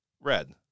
red